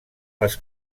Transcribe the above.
les